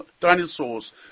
dinosaurs